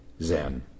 Zen